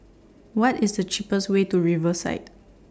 What IS The cheapest Way to Riverside